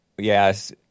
Yes